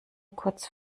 kurz